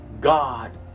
God